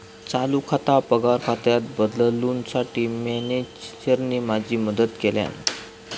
चालू खाता पगार खात्यात बदलूंसाठी मॅनेजरने माझी मदत केल्यानं